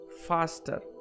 Faster